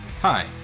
Hi